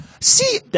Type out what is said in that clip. See